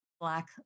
Black